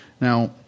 Now